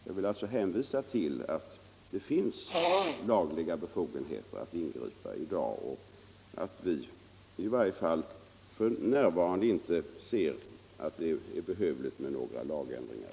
Jag vill alltså hänvisa till att polisen i dag har lagliga befogenheter att ingripa och att vi i varje fall f.n. inte kan se att det är behövligt med några lagändringar.